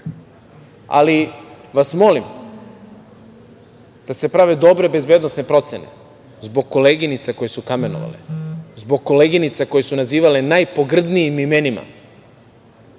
ali vas molim da se prave dobre bezbednosne procene zbog koleginica koje su kamenovane, zbog koleginica koje su nazivane najporgrdnijim imenima. Ne